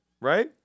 right